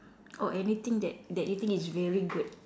oh anything that that you think is very good